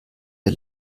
der